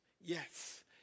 Yes